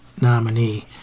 nominee